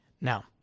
Now